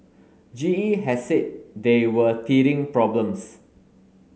G E has said they were teething problems